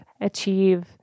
achieve